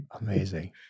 Amazing